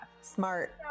Smart